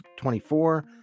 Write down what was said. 24